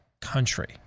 country